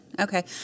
okay